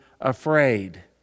afraid